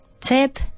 tip